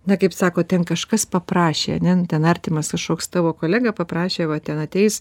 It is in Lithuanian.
na kaip sako ten kažkas paprašė ane nu ten artimas kažkoks tavo kolega paprašė va ten ateis